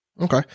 Okay